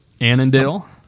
Annandale